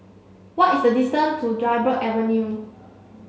what is the distance to Dryburgh Avenue